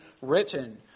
written